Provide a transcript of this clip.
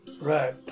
Right